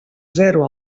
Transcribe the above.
zero